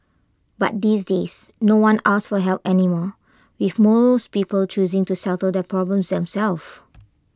but these days no one asks for help anymore if most people choosing to settle their problems themselves